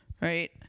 right